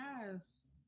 Yes